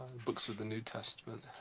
books of the new testament.